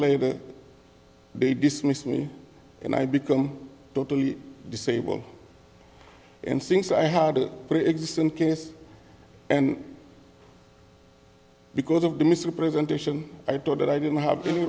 later they dismissed me and i become totally disabled and since i had a preexisting case and because of the misrepresentation i thought that i didn't have any